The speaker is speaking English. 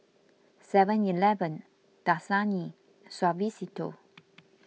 Seven Eleven Dasani Suavecito